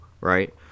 Right